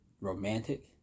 Romantic